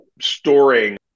storing